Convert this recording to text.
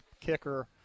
kicker